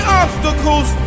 obstacles